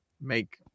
make